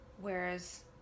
whereas